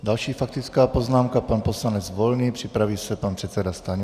Další faktická poznámka pan poslanec Volný, připraví se pan předseda Stanjura.